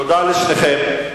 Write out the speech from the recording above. תודה לשניכם.